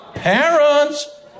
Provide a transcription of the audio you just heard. Parents